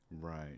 Right